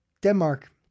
Denmark